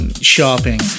shopping